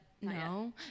no